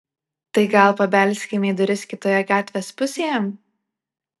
tai gal pabelskime į duris kitoje gatvės pusėje